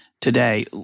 Today